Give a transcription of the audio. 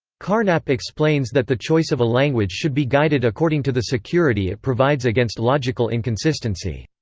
carnap explains that the choice of a language should be guided according to the security it provides against logical inconsistency.